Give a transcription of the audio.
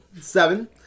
seven